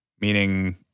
meaning